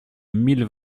mille